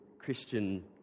Christian